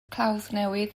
clawddnewydd